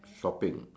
shopping